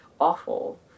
awful